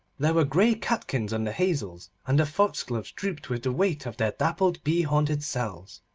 there were grey catkins on the hazels, and the foxgloves drooped with the weight of their dappled bee-haunted cells.